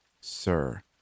sir